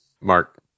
Mark